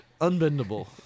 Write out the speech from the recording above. Unbendable